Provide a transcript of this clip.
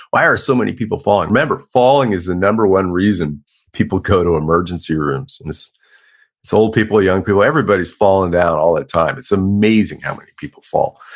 why are so many people falling? remember falling is the number one reason people go to emergency rooms and it's it's old people, young people, everybody's falling down all that time, it's amazing how many people fall.